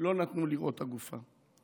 לא נתנו לראות את הגופה.